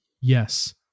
Yes